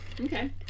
okay